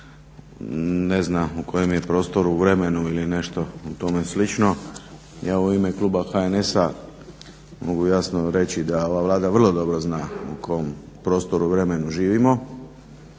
ne zna u kojem je prostoru, vremenu ili nešto tome slično ja u ime kluba HNS-a mogu jasno reći da ova Vlada vrlo dobro zna u kom prostoru i vremenu živimo